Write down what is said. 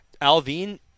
Alvin